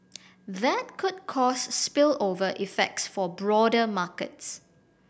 that could cause spillover effects for broader markets